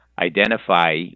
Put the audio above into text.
identify